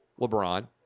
LeBron